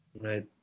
Right